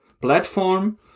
platform